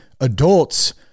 adults